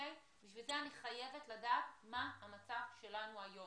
בשביל זה אני חייבת לדעת מה המצב שלנו היום,